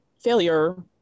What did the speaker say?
failure